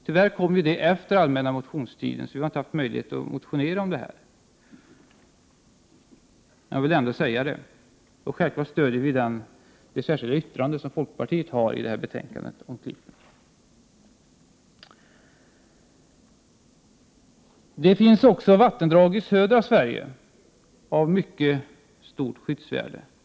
Tyvärr fattades beslutet efter den allmänna motionstiden, och miljöpartiet har därför inte haft möjlighet att motionera om detta. Självfallet stöder vi det särskilda yttrande om Klippen som folkpartiet har avgivit till detta betänkande. Även i södra Sverige finns det vattendrag av mycket stort skyddsvärde.